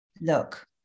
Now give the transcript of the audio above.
Look